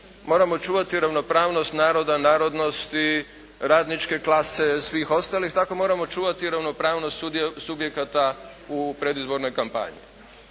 moramo čuvati ravnopravnost naroda, narodnosti, radničke klase, svih ostalih, tako moramo čuvati i ravnopravnost subjekata u predizbornoj kampanji.